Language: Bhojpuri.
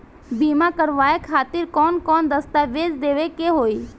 बीमा करवाए खातिर कौन कौन दस्तावेज़ देवे के होई?